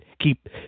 keep